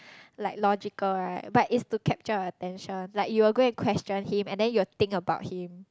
like logical right but it's to capture attention like you will go and question him and then you will think about him